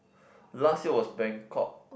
last year was Bangkok